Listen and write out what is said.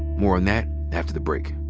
more on that after the break.